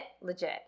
legit